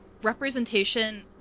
representation